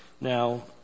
now